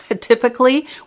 Typically